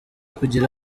kugira